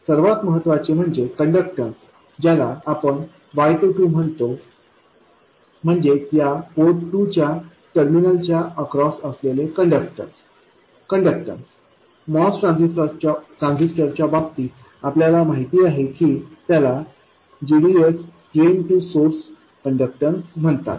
सर्वात महत्त्वाचे म्हणजे कण्डक्टॅन्स ज्याला आपण Y22म्हणतो म्हणजेच या पोर्ट टू च्या टर्मिनल च्या अक्रॉस असलेले कण्डक्टॅन्स MOS ट्रान्झिस्टर च्या बाबतीत आपल्याला माहित आहे की त्याला gdsड्रेन टू सोर्स कण्डक्टॅन्स म्हणतात